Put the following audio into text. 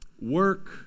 Work